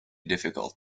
difficult